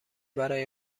برای